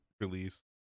release